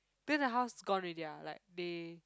then the house gone already ah like they